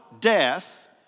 death